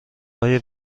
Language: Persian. های